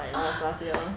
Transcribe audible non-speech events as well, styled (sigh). (laughs)